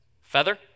Feather